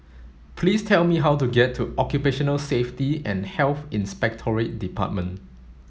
please tell me how to get to Occupational Safety and Health Inspectorate Department